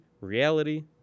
reality